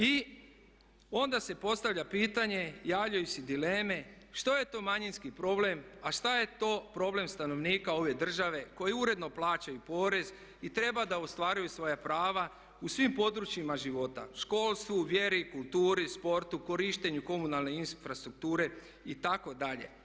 I onda se postavlja pitanje, javljaju se dileme što je to manjinski problem a šta je to problem stanovnika ove države koji uredno plaćaju porez i treba da ostvaruju svoja prava u svim područjima života, školstvu, vjeri, kulturi, sportu, korištenju komunalne infrastrukture itd.